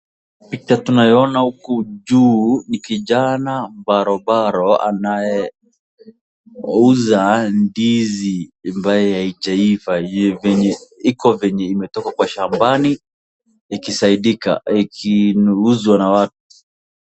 Picha tunayoona huku juu ni kijana baro baro anayeuza ndizi ambaye haijaiva iko venye imetoka kwa shambani ikisaidika ikiuzwa na watu.